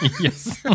yes